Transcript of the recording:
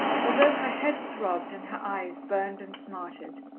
although her head throbbed and her eyes burned and smarted.